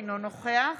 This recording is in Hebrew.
אינו נוכח